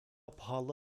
pahalı